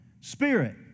spirit